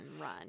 run